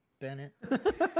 Bennett